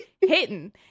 hitting